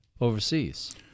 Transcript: overseas